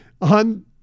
on